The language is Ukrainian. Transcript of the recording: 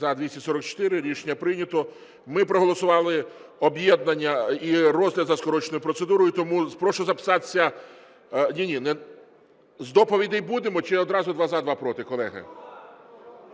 За-244 Рішення прийнято. Ми проголосували об'єднання і розгляд за скороченою процедурою. Тому прошу записатися... З доповідей будемо чи одразу два – за, два – проти, колеги?